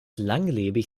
langlebig